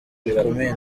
gikomeye